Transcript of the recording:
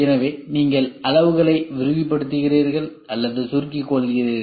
எனவே நீங்கள் அளவுகளை விரிவுபடுத்துகிறீர்கள் அல்லது சுருக்கிக் கொள்கிறீர்கள்